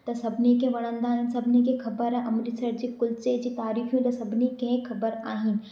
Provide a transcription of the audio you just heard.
त सभिनी खे वणंदा आहिनि सभिनी खे ख़बरु आ्हे अमृतसर जे कुल्चे जी तारीफ़ूं त सभिनी खे ख़बर आहिनि